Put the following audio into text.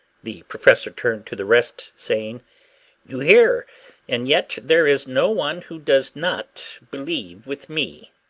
the professor turned to the rest saying you hear and yet there is no one who does not believe with me.